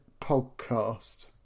podcast